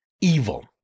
evil